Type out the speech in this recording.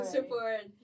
Support